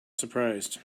surprised